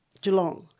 Geelong